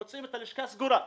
מוצאים את הלשכה סגורה.